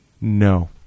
No